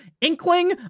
inkling